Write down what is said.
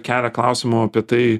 kelia klausimų apie tai